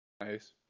Nice